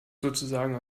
sozusagen